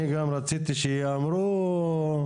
רציתי שייאמרו